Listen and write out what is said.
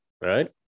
right